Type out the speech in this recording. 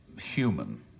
human